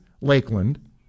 Lakeland